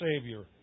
Savior